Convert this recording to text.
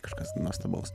kažkas nuostabaus